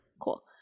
Cool